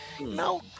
no